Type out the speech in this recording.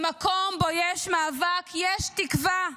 במקום שבו יש מאבק, יש תקווה.